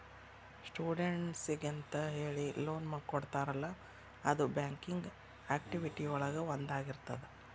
ಸ್ಟೂಡೆಂಟ್ಸಿಗೆಂತ ಹೇಳಿ ಲೋನ್ ಕೊಡ್ತಾರಲ್ಲ ಅದು ಬ್ಯಾಂಕಿಂಗ್ ಆಕ್ಟಿವಿಟಿ ಒಳಗ ಒಂದಾಗಿರ್ತದ